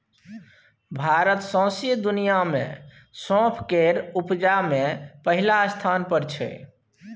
भारत सौंसे दुनियाँ मे सौंफ केर उपजा मे पहिल स्थान पर छै